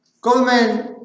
government